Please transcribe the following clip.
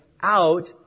out